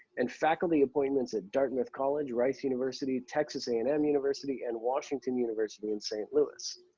and faculty appointments at dartmouth college, rice university, texas a and m university and washington university in st. louis.